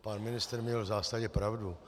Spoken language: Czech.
Pan ministr měl v zásadě pravdu.